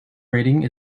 rating